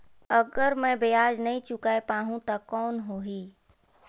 अगर मै ब्याज नी चुकाय पाहुं ता कौन हो ही?